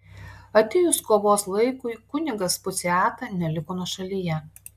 atėjus kovos laikui kunigas puciata neliko nuošalyje